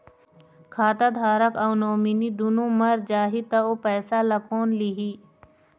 खाता धारक अऊ नोमिनि दुनों मर जाही ता ओ पैसा ला कोन लिही?